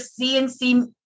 cnc